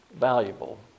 valuable